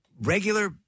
regular